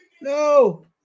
no